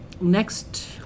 Next